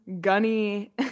gunny